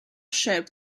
ship